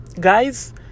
guys